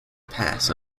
pass